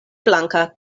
blanka